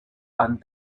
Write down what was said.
and